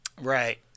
right